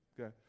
Okay